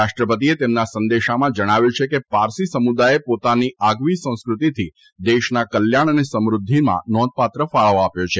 રાષ્ટ્રપતિએ તેમના સંદેશામાં જણાવ્યું છે કે પારસી સમુદાયે પોતાની આગવી સંસ્કૃતિથી દેશના કલ્યાણ અને સમૃદ્ધિમાં નોંધપાત્ર ફાળો આપ્યો છે